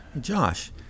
Josh